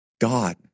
God